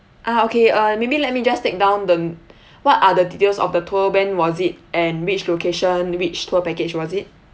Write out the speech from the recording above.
ah okay uh maybe let me just take down the what are the details of the tour when was it and which location which tour package was it